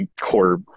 core